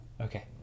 Okay